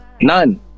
none